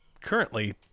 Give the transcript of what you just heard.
Currently